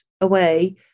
away